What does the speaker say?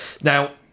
Now